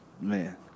man